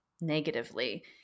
negatively